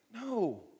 no